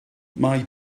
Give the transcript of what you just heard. mae